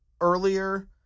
earlier